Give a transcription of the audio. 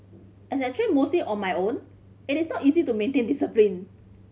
as I train mostly on my own it is not easy to maintain discipline